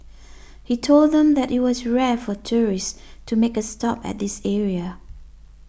he told them that it was rare for tourists to make a stop at this area